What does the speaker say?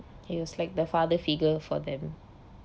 he was like the father figure for them